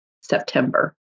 September